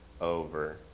over